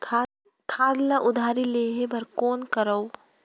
खाद ल उधारी लेहे बर कौन करव?